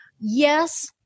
yes